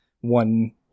one